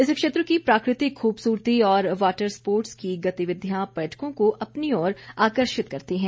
इस क्षेत्र की प्राकृतिक खूबसूरती और वाटर स्पोर्ट्स की गतिविधियां पर्यटकों को अपनी ओर आकर्षित करती हैं